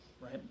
Right